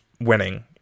winning